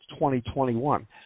2021